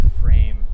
frame